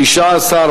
התשע"א 2011,